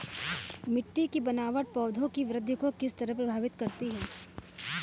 मिटटी की बनावट पौधों की वृद्धि को किस तरह प्रभावित करती है?